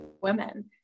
women